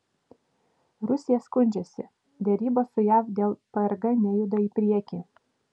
rusija skundžiasi derybos su jav dėl prg nejuda į priekį